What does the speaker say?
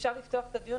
אפשר לפתוח את הדיון,